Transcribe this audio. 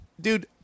Dude